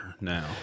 now